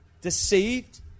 Deceived